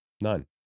None